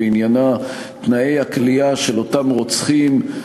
ועניינה תנאי הכליאה של אותם רוצחים,